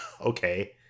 Okay